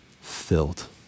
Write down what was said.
filled